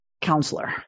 counselor